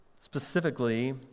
Specifically